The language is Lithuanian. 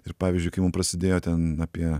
ir pavyzdžiui kai mum prasidėjo ten apie